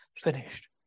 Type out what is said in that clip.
finished